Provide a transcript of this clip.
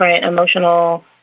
emotional